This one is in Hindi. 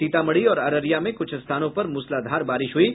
सीतामढ़ी और अररिया में कुछ स्थानों पर मूसलाधार बारिश हुई है